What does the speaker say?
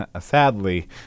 sadly